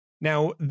now